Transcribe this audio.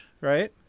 right